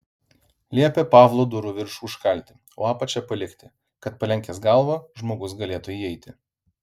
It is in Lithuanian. liepė pavlo durų viršų užkalti o apačią palikti kad palenkęs galvą žmogus galėtų įeiti